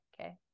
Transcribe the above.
Okay